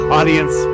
audience